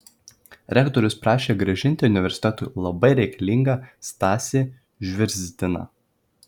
rektorius prašė grąžinti universitetui labai reikalingą stasį žvirzdiną